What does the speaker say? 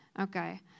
Okay